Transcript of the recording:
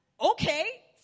Okay